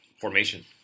formation